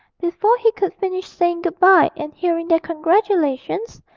before he could finish saying good-bye and hearing their congratulations,